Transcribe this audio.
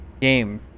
game